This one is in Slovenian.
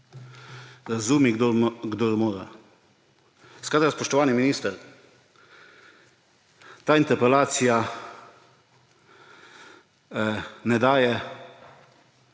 Razumi, kdor mora. Spoštovani minister, ta interpelacija ne daje